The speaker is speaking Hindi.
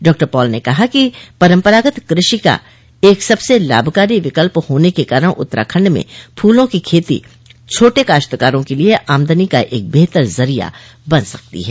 डॉ पॉल ने कहा कि परम्परागत कृषि का एक सबसे लाभकारी विकल्प होने के कारण उत्तराखण्ड में फूलों की खेती छोटे काश्तकारों के लिए आमदनी का एक बेहतरीन जरिया बन सकती है